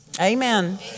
Amen